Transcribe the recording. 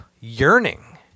yearning